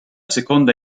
seconda